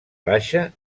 baixa